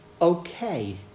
okay